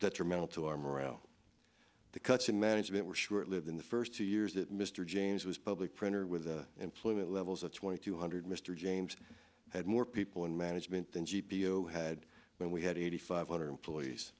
detrimental to our morale the cuts in management were short lived in the first two years that mr james was public printer with the employment levels of twenty two hundred mister james had more people in management than g p o had when we had eighty five hundred employees